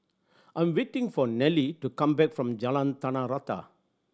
I' m waiting for Nelie to come back from Jalan Tanah Rata